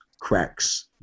cracks